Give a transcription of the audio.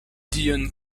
dion